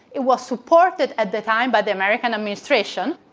it was supported at the time by the american administration.